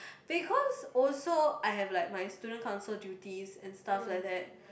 because also I have like my student council duty and stuff like that